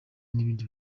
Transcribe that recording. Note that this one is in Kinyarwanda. n’ibindi